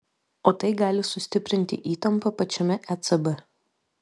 o tai gali sustiprinti įtampą pačiame ecb